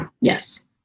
Yes